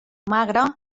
magre